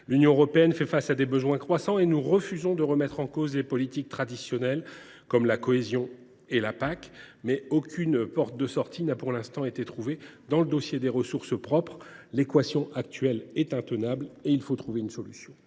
L’Union européenne fait face à des besoins croissants et nous refusons de remettre en cause les politiques traditionnelles, comme la politique de cohésion et la politique agricole commune. Aucune porte de sortie n’ayant pour l’instant été trouvée dans le dossier des ressources propres, l’équation actuelle est intenable et il faut trouver une solution.